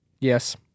Yes